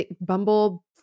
Bumble